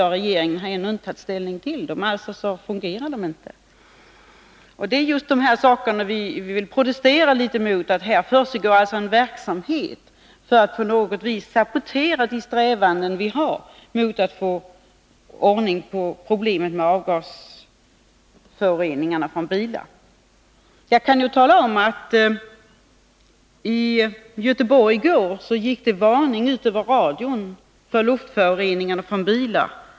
Och regeringen har ännu inte tagit ställning till överklagandet, alltså fungerar de inte. Vi vill protestera mot att här försiggår en verksamhet för att sabotera våra strävanden att få ordning på problemen med avgasföroreningar från bilar. I Göteborg gick i går ut en varning över radion för luftföroreningar från bilar.